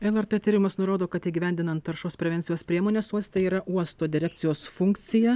lrt tyrimas nurodo kad įgyvendinan taršos prevencijos priemones uoste yra uosto direkcijos funkcija